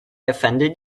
offended